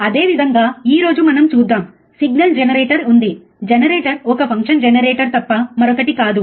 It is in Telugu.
అదేవిధంగా ఈ రోజు మనం చూద్దాము సిగ్నల్ జనరేటర్ ఉంది జనరేటర్ ఒక ఫంక్షన్ జనరేటర్ తప్ప మరొకటి కాదు